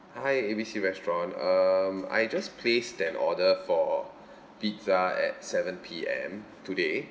hi A B C restaurant (um)I just placed an order for pizza at seven P_M today